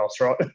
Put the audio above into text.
right